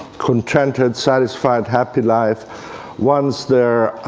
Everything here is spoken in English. contented, satisfied, happy life once their